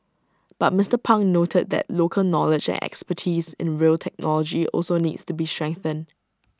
but Mister pang noted that local knowledge expertise in rail technology also needs to be strengthened